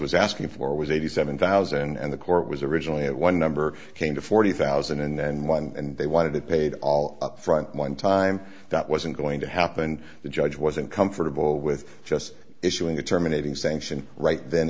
was asking for was eighty seven thousand and the court was originally at one number came to forty thousand and one and they wanted it paid all up front one time that wasn't going to happen the judge wasn't comfortable with just issuing a terminating sanction right then